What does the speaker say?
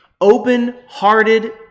open-hearted